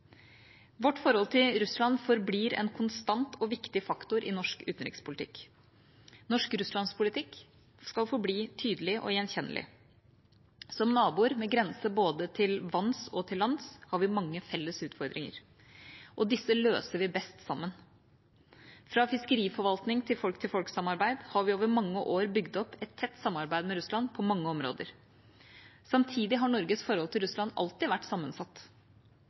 Vårt forhold til Russland forblir en konstant og viktig faktor i norsk utenrikspolitikk. Norsk Russlands-politikk skal forbli tydelig og gjenkjennelig. Som naboer med grense både til lands og til vanns har vi mange felles utfordringer, og disse løser vi best sammen. Fra fiskeriforvaltning til folk-til-folk-samarbeid har vi over mange år bygd opp et tett samarbeid med Russland på mange områder. Samtidig har Norges forhold til Russland alltid vært sammensatt.